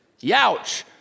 Youch